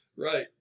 Right